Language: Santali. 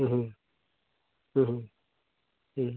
ᱦᱮᱸ